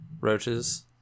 roaches